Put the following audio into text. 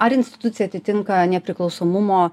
ar institucija atitinka nepriklausomumo